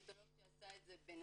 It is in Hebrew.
הרמטולוג שעשה את זה בנתניה,